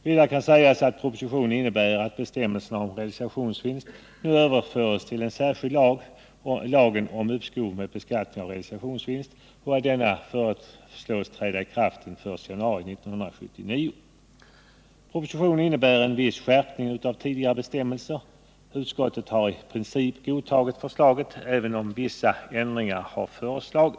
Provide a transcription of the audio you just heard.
Vidare kan sägas att propositionen innebär att bestämmelserna om realisationsvinst nu överförs till en särskild lag, lagen om uppskov med beskattning av realisationsvinst, och att denna föreslås träda i kraft den 1 januari 1979. Propositionen innebär en viss skärpning av tidigare bestämmelser. Utskottet har i princip godtagit förslaget, även om det yrkar på vissa ändringar.